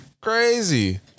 crazy